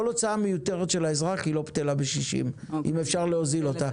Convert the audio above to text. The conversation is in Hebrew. כל הוצאה מיותרת של האזרח היא לא בטלה בשישים אם אפשר להוזיל אותה.